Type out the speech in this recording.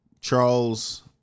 Charles